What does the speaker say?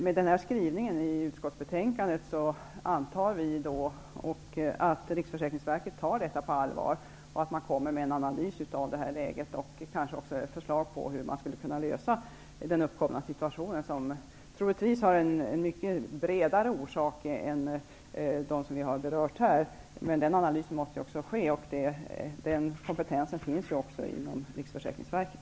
Med skrivningen i utskottsbetänkandet antar vi att Riksförsäkringsverket tar frågan på allvar och att man kommer med en analys av läget och kanske också med förslag till hur man skulle kunna lösa problemen i den uppkomna situationen. De har troligtvis mycket fler orsaker än dem vi har berört här. Den analysen måste ske, och kompetensen finns i Riksförsäkringsverket.